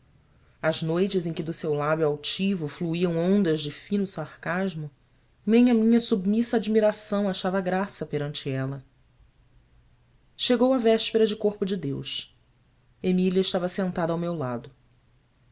as noites em que do seu lábio altivo fluíam ondas de fino sarcasmo nem a minha submissa admiração achava graça perante ela chegou a véspera de corpo de deus emília estava sentada ao meu lado